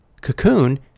Cocoon